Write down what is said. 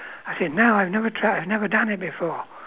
I said no I've never tried I've never done it before